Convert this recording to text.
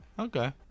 Okay